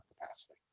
capacity